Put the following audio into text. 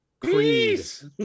Peace